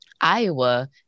Iowa